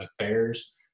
affairs